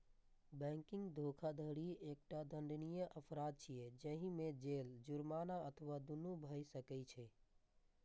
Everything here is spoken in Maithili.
बैंकिंग धोखाधड़ी एकटा दंडनीय अपराध छियै, जाहि मे जेल, जुर्माना अथवा दुनू भए सकै छै